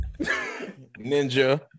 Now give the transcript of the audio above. ninja